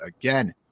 again